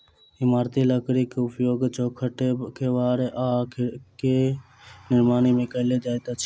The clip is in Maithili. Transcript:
इमारती लकड़ीक उपयोग चौखैट, केबाड़ आ खिड़कीक निर्माण मे कयल जाइत अछि